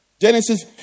Genesis